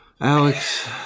Alex